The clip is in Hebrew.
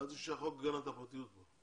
מה שייך חוק הגנת הפרטיות?